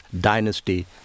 dynasty